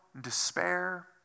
despair